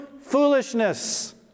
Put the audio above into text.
foolishness